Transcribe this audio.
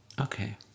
Okay